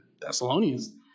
Thessalonians